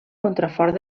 contrafort